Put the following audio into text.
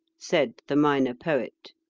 said the minor poet.